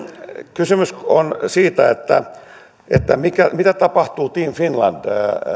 kysymys on siitä mitä tapahtuu team finland